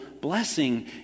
blessing